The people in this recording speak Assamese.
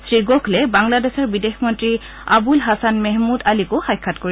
শ্ৰী গোখলে বাংলাদেশৰ বিদেশ মন্ত্ৰী আবুল হাছান মেহমুদ আলিকো সাক্ষাৎ কৰিব